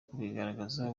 kubigaragaza